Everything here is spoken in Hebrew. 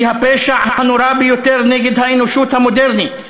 היא הפשע הנורא ביותר נגד האנושות המודרנית,